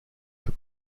for